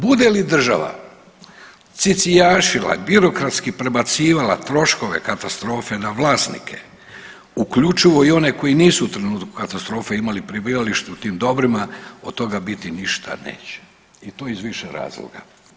Bude li država cicijašila, birokratski prebacivala troškove katastrofe na vlasnike, uključivo i one koji nisu u trenutku katastrofe imali prebivalište u tim dobrima, od toga biti ništa neće i to iz više razloga.